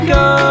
go